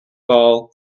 all